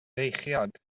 feichiog